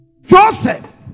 Joseph